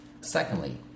Secondly